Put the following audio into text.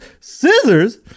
Scissors